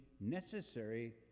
necessary